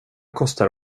kostar